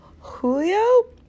julio